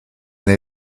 been